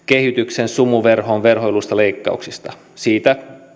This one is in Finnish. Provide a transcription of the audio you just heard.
kehityksen sumuverhoon verhoilluista leikkauksista siitä